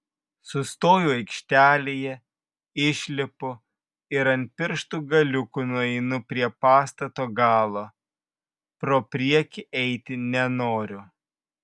sustoju aikštelėje išlipu ir ant pirštų galiukų nueinu prie pastato galo pro priekį eiti nenoriu